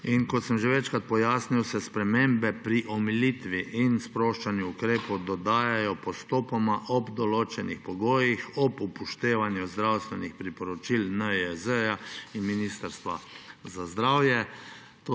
Kot sem že večkrat pojasnil, se spremembe pri omilitvi in sproščanju ukrepov dodajajo postopoma ob določenih pogojih, ob upoštevanju zdravstvenih priporočil NIJZ in Ministrstva za zdravje.